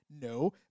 No